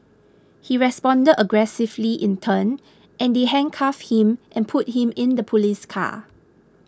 he responded aggressively in turn and they handcuffed him and put him in the police car